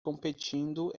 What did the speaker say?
competindo